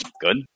Good